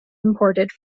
imported